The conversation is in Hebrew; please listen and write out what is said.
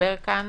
לדבר כאן